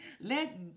Let